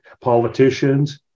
politicians